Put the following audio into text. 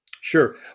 Sure